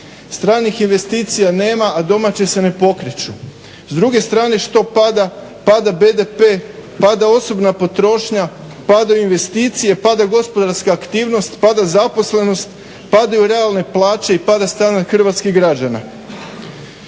Stranih investicija nema a domaće se ne pokreću. S druge strane što pada? Pada BDP, pada osobna potrošnja, padaju investicije, pada gospodarska aktivnost, pada zaposlenost, padaju realne plaće i pada standard hrvatskih građana.